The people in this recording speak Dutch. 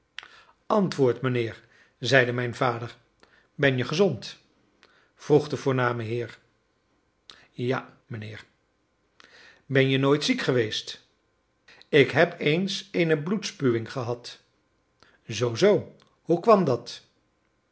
antwoord mijnheer zeide mijn vader ben je gezond vroeg de voorname heer ja mijnheer ben je nooit ziek geweest ik heb eens eene bloedspuwing gehad zoo zoo hoe kwam dat